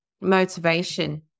motivation